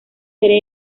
serie